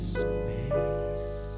space